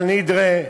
כל נדרי,